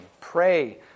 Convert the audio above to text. pray